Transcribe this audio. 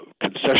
concession